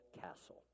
Castle